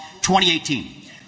2018